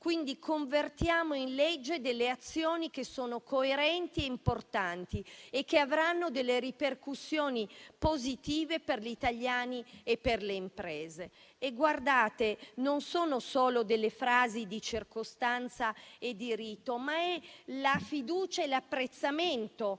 Convertiamo in legge delle azioni che sono coerenti e importanti e che avranno delle ripercussioni positive per gli italiani e per le imprese. Non sono solo delle frasi di circostanza e di rito, ma è la fiducia e l'apprezzamento